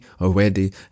already